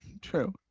True